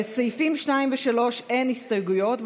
לסעיפים 2 ו-3 אין הסתייגויות,